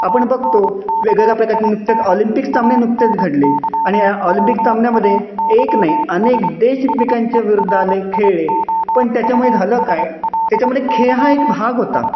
आपण बघतो वेगवेगळ्या प्रकारचे नुकतेच ऑलिंपिक सामने नुकतेच घडले आणि या ऑलिंपिक सामन्यांमध्ये एक नाही अनेक देश एकमेकांच्या विरुद्धाने खेळले पण त्याच्यामुळे झालं काय त्याच्यामध्ये खेळ हा एक भाग होता